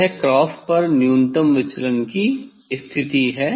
यह क्रॉस पर न्यूनतम विचलन की स्थिति है